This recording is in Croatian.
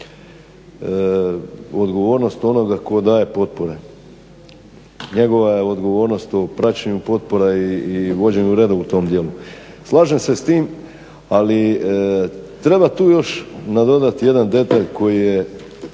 odgovornost onoga tko daje potpore. Njegova je odgovornost o praćenju potpora i vođenju reda u tom dijelu. Slažem se s tim, ali treba tu još nadodati jedan detalj koji